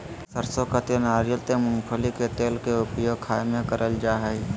सरसों का तेल नारियल तेल मूंगफली के तेल के उपयोग खाय में कयल जा हइ